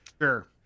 Sure